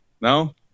No